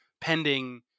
pending